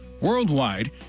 worldwide